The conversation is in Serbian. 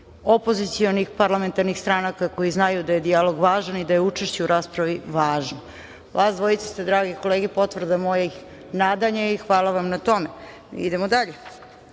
opozicionih parlamentarnih stranaka koji znaju da je dijalog važan i da je učešće u raspravi važno. Vas dvojica ste, drage kolege, potvrda mojih nadanja i hvala vam na tome. Idemo dalje. Na